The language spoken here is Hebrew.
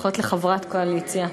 לפחות לחברת קואליציה.